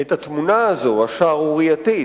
את התמונה הזאת, השערורייתית,